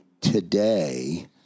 today